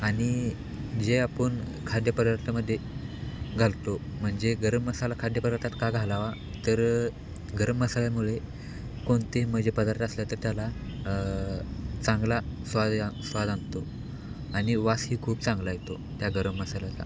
आणि जे आपण खाद्यपदार्थामध्ये घालतो म्हणजे गरम मसाला खाद्यपदार्थात का घालावा तर गरम मसाल्यामुळे कोणतेही मजे पदार्थ असला तर त्याला चांगला स्वा स्वाद आणतो आणि वासही खूप चांगला येतो त्या गरम मसाल्याचा